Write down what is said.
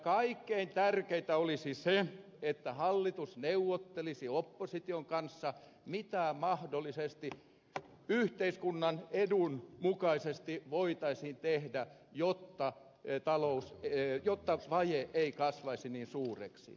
kaikkein tärkeintä olisi se että hallitus neuvottelisi opposition kanssa mitä mahdollisesti yhteiskunnan edun mukaisesti voitaisiin tehdä jotta vaje ei kasvaisi niin suureksi